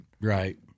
Right